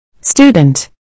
Student